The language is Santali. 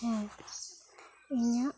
ᱤᱧᱟᱹᱜ